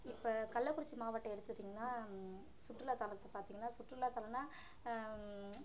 இப்போ கள்ளக்குறிச்சி மாவட்டம் எடுத்துகிட்டிங்கனா சுற்றுலாத்தலத்தை பார்த்தீங்கன்னா சுற்றுலாத்தலன்னா